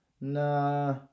Nah